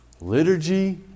liturgy